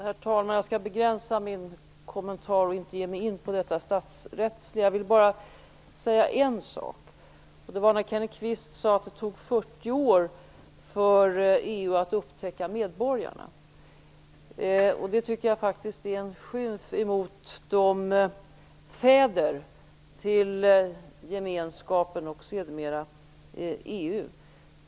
Herr talman! Jag skall begränsa min kommentar och inte ge mig in på det statsrättsliga. Jag vill bara säga en sak. Kenneth Kvist sade att det tog 40 år för EU att upptäcka medborgarna. Det tycker jag faktiskt är en skymf emot fäderna till Gemenskapen och sedermera EU.